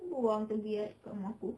buang tebiat kat rumah aku